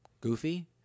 Goofy